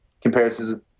comparisons